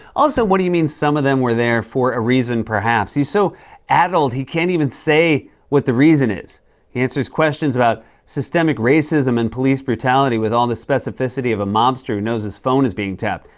also, what do you mean some of them were there for a reason, perhaps? he's so addled, he can't even say what the reason is. he answers questions about systemic racism and police brutality with all the specificity of a mobster who knows his phone is being tapped.